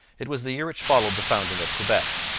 it was the year which followed the founding of quebec.